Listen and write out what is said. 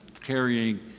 carrying